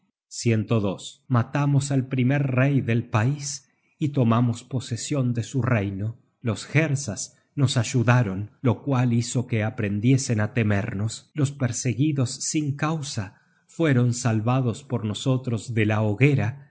al oriente matamos al primer rey del pais y tomamos posesion de su reino los hersasnos ayudaron lo cual hizo que aprendiesen á temernos los perseguidos sin causa fueron salvados por nosotros de la hoguera